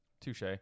Touche